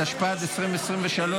התשפ"ג 2023,